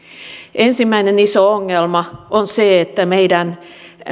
ensimmäinen iso ongelma on se että meidän